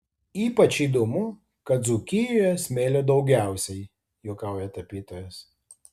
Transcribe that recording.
ypač įdomu kad dzūkijoje smėlio daugiausiai juokauja tapytojas